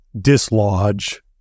dislodge